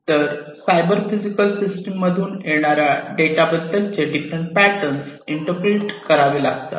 तर cyber physical system मधून येणारा डेटा बद्दलचे डिफरंट पॅटर्न इंटरप्रीट करावे लागतात